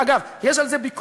אגב, יש על זה ביקורת.